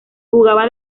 jugaba